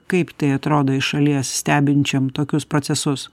kaip tai atrodo iš šalies stebinčiam tokius procesus